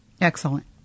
Excellent